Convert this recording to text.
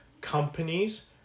companies